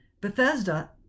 Bethesda